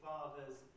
Father's